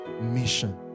mission